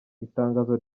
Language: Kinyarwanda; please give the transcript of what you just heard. itangazo